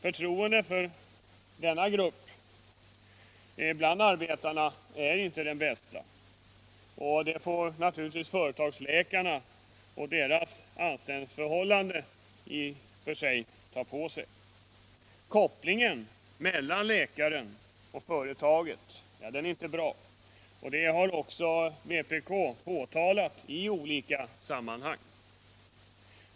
Förtroendet för dessa är bland arbetarna inte det bästa, och det får tillskrivas företagsläkarna och deras anställningsförhållande. Kopplingen mellan läkaren och företaget är inte bra, och det har också vpk påtalat i olika sammanhang.